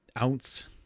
ounce